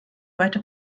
weiter